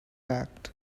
act